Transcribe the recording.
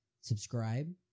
subscribe